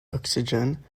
oxygen